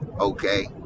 okay